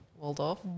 Waldorf